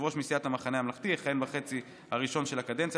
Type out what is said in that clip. שיושב-ראש מסיעת המחנה הממלכתי יכהן בחצי הראשון של הקדנציה,